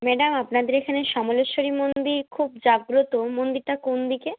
madam আপনাদের এখানে সমলেশ্বরী মন্দির খুব জাগ্রত মন্দিরটা কোন দিকে